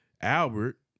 Albert